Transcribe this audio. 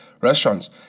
restaurants